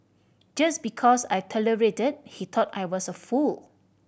just because I tolerated he thought I was a fool